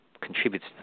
contributes